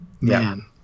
man